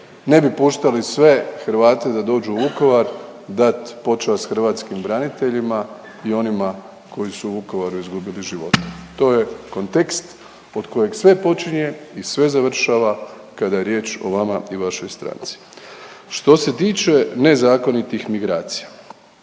ne bi puštali sve hrvate da dođu u Vukovar dat počast Hrvatskim braniteljima i onima koji su u Vukovaru izgubili živote. To je kontekst od kojeg sve počinje i sve završava kada je riječ o vama i vašoj stranci. Što se tiče nezakonitih migracija,